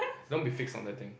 don't be fixed on that thing